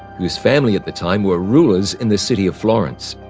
whose family at the time were rulers in the city of florence.